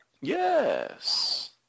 Yes